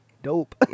dope